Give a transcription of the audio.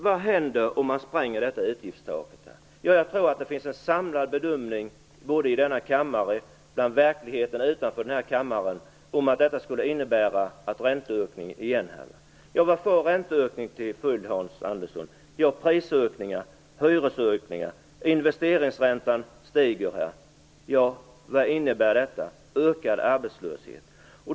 Vad händer om man spränger detta utgiftstak? Jag tror att det finns samlad bedömning både i denna kammare och i verkligheten utanför denna kammare att detta skulle innebära en ränteökning. Var får en ränteökning till följd, Hans Andersson? Jo, prisökningar, hyresökningar och att investeringsräntan stiger. Vad innebär detta? Ökad arbetslöshet.